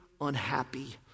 unhappy